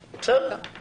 בסדר.